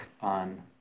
on